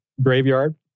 graveyard